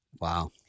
Wow